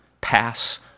pass